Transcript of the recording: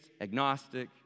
agnostic